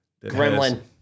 gremlin